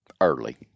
early